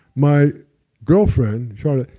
my girlfriend, charlotte,